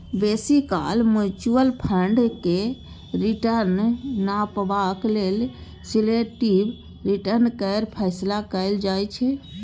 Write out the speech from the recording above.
बेसी काल mutual fund केर रिटर्न नापबाक लेल रिलेटिब रिटर्न केर फैसला कएल जाइ छै